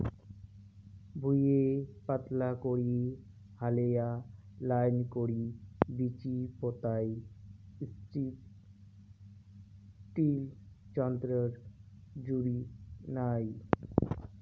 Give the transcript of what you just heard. ভুঁইয়ে পাতলা করি হালেয়া লাইন করি বীচি পোতাই স্ট্রিপ টিল যন্ত্রর জুড়ি নাই